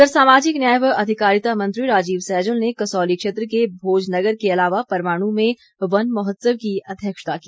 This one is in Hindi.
इधर सामाजिक न्याय व अधिकारिता मंत्री राजीव सैजल ने कसौली क्षेत्र के भोजनगर के अलावा परवाणू में वन महोत्सव की अध्यक्षता की